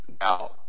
Now